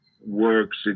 works